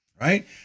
Right